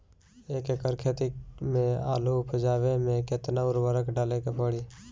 एक एकड़ खेत मे आलू उपजावे मे केतना उर्वरक डाले के पड़ी?